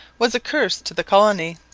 was a curse to the colony.